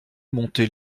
montait